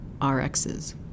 RXs